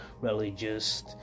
religious